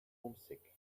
homesick